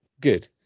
good